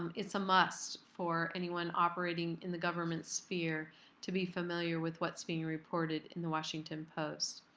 it's a must for anyone operating in the government sphere to be familiar with what's being reported in the washington post.